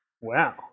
Wow